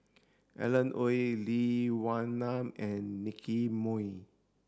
Alan Oei Lee Wee Nam and Nicky Moey